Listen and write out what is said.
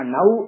Now